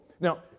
Now